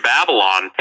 Babylon